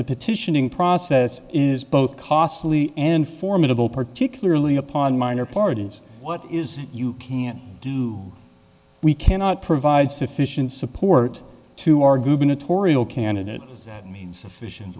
the petitioning process is both costly and formidable particularly upon minor parties what is you can't do we cannot provide sufficient support to our gubernatorial candidate that means efficient